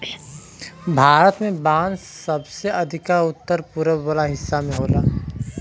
भारत में बांस सबसे अधिका उत्तर पूरब वाला हिस्सा में होला